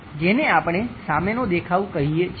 જેને આપણે સામેનો દેખાવ કહીએ છીએ